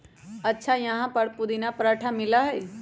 अच्छा यहाँ पर पुदीना पराठा मिला हई?